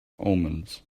omens